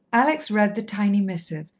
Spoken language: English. alex read the tiny missive,